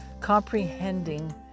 comprehending